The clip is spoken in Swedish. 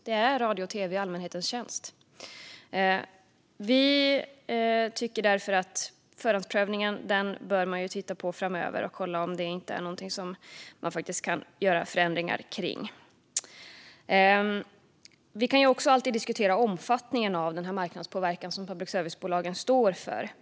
Det är radio och tv i allmänhetens tjänst. Vi tycker därför att man bör titta på förhandsprövningen framöver och se om det går att göra förändringar. Vi kan också alltid diskutera omfattningen av den marknadspåverkan som public service-bolagen står för.